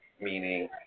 Meaning